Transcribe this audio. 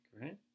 right